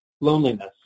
loneliness